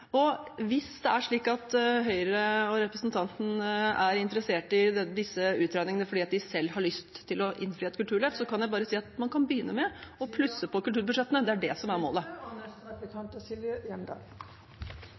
Hvis det er slik at Høyre og representanten er interessert i disse utregningene fordi de selv har lyst til å innfri et kulturløft, kan jeg si at man kan begynne med å plusse på kulturbudsjettene. Det er det som er målet.